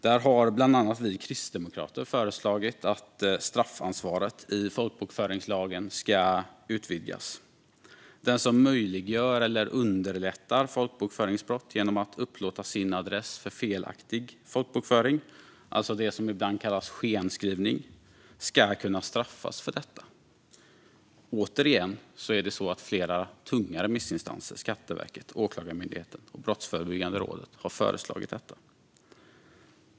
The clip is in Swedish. Där har bland annat vi kristdemokrater föreslagit att straffansvaret i folkbokföringslagen ska utvidgas. Den som möjliggör eller underlättar folkbokföringsbrott genom att upplåta sin adress för felaktig folkbokföring - det som ibland kallas skenskrivning - ska kunna straffas för detta. Återigen är det så att flera tunga remissinstanser - Skatteverket, Åklagarmyndigheten och Brottsförebyggande rådet - har föreslagit detta.